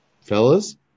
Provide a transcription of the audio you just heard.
fellas